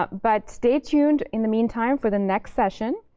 but but stay tuned in the meantime for the next session,